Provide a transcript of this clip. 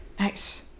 Nice